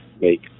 make